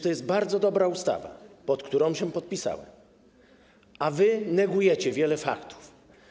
To jest bardzo dobra ustawa, pod którą się podpisałem, a wy negujecie wiele faktów.